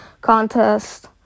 contest